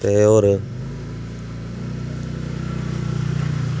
होर